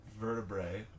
vertebrae